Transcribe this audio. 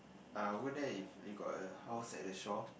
ah over there if you got a house at the shore